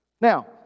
Now